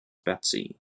betsy